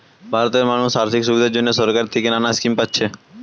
ভারতের মানুষ আর্থিক সুবিধার জন্যে সরকার থিকে নানা স্কিম পাচ্ছে